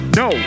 no